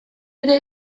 ere